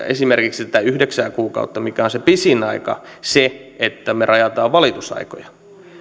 esimerkiksi tätä yhdeksää kuukautta mikä on se pisin aika se että me rajaamme valitusaikoja